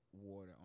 water